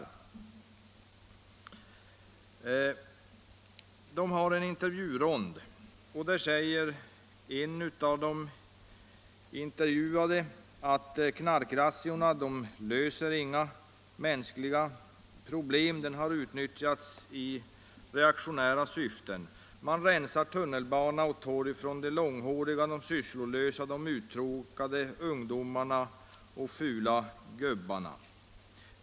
I denna intervjurond säger en av de intervjuade i Blackeberg att knarkrazziorna inte löser några sociala eller mänskliga problem, utan har utnyttjats i reaktionära syften. Man rensar tunnelbana och torg från långhåriga, Sysslolösa, uttråkade ungdomar och fulla gubbar.